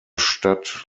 stadt